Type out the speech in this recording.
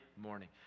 morning